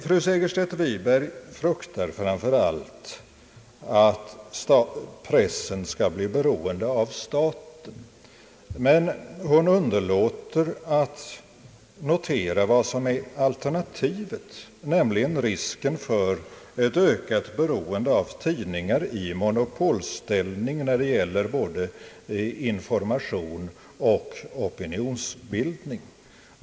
Fru Segerstedt Wiberg fruktar framför allt att pressen skall bli beroende av staten, men hon underlåter att notera vad som är alternativet, nämligen risken för ett ökat beroende av tidningar i monopolställning när det gäller både information och opinionsbildning.